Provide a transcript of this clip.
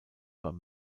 beim